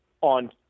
on